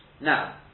now